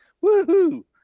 Woo-hoo